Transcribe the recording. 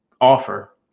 offer